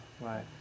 right